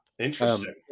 Interesting